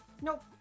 Nope